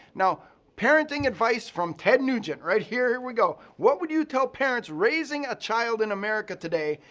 now parenting advice from ted nugent right here. here we go. what would you tell parents raising a child in america today?